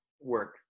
work